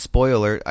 Spoiler